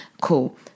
Cool